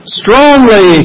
strongly